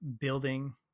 building